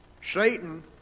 satan